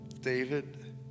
David